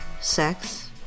sex